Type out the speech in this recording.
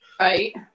Right